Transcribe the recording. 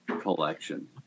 collection